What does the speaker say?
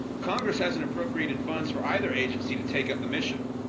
congress hasn't appropriated funds for either agency to take up the mission.